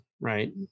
right